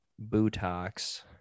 Botox